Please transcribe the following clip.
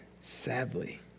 sadly